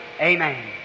Amen